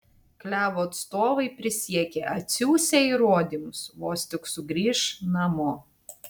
klevo atstovai prisiekė atsiųsią įrodymus vos tik sugrįš namo